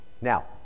Now